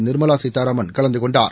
நிர்மலாசீதாராமன்கலந்துகொண்டார்